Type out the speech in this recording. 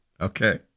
Okay